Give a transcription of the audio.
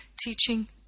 teaching